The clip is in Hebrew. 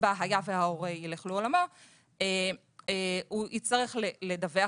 בקצבה היה וההורה יילך לעולמו והוא יצטרך לדווח